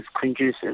conducive